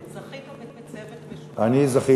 זכית בצוות משובח.